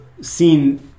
seen